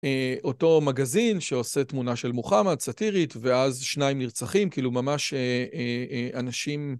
אותו מגזין שעושה תמונה של מוחמד, סאטירית, ואז שניים נרצחים, כאילו ממש אנשים...